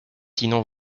sinon